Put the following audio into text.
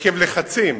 עקב לחצים